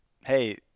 hey